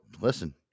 listen